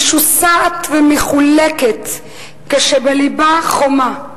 משוסעת ומחולקת כשבלבה חומה.